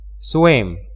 swim